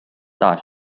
大学